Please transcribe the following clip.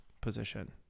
position